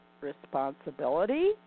responsibility